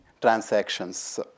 transactions